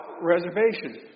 reservation